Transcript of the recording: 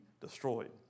destroyed